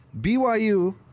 BYU